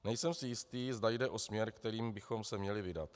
Nejsem si jist, zda jde o směr, kterým bychom se měli vydat.